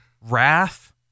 Wrath